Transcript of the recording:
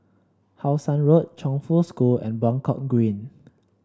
How Sun Road Chongfu School and Buangkok Green